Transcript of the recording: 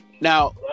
Now